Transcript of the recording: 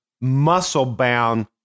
muscle-bound